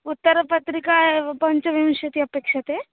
उत्तरपत्रिका एव पञ्चविंशतिः अपेक्ष्यन्ते